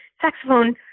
saxophone